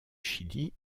chili